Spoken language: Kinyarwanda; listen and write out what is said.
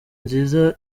nziza